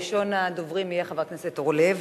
ראשון הדוברים יהיה חבר הכנסת אורלב,